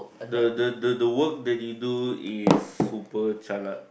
the the the the work that you do is super jialat